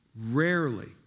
Rarely